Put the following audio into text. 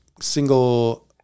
single